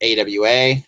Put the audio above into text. AWA